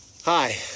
hi